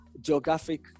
geographic